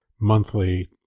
monthly